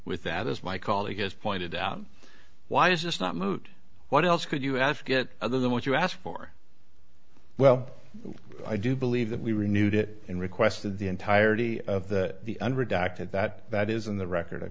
with that as my colleague has pointed out why is this not moot what else could you ask it other than what you asked for well i do believe that we renewed it and requested the entirety of the the un redacted that that is in the record i